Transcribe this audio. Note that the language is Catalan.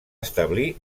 establir